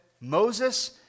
Moses